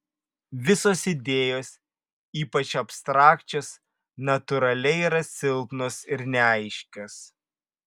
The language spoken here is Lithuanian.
visos idėjos ypač abstrakčios natūraliai yra silpnos ir neaiškios